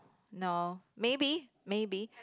no maybe maybe